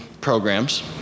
programs